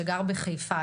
שגר בחיפה,